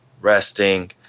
resting